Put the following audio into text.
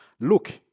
look